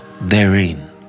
therein